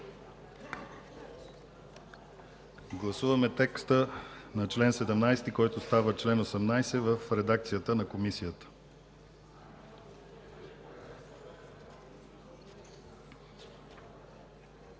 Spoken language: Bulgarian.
Гласуваме текста на чл. 17, който става чл. 18, в редакцията на Комисията.